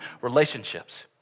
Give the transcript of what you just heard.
relationships